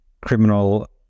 criminal